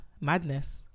Madness